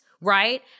right